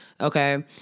Okay